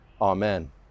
amen